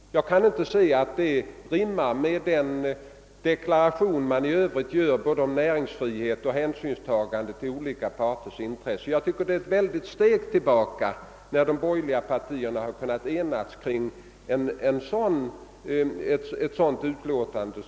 Jag kan inte finna att detta rimmar med de deklarationer man i övrigt gör både om näringsfrihet och hänsynstagande till olika parters intressen. Jag tycker det är ett väldigt steg tillbaka av de borgerliga, när de har kunnat enas kring ett sådant uttalande.